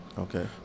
okay